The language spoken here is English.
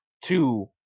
Two